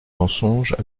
mensonges